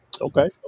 Okay